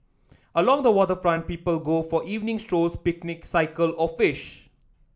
along the waterfront people go for evening strolls picnic cycle or fish